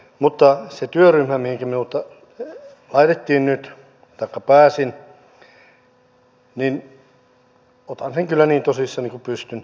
mutta sen työryhmän mihinkä minut laitettiin nyt taikka mihin pääsin otan kyllä niin tosissani kuin pystyn